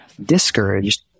discouraged